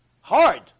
hard